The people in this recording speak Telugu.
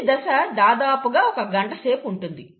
ఈ దశ దాదాపుగా ఒక గంట సేపు ఉంటుంది